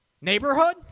neighborhood